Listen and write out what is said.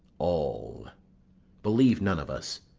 all believe none of us.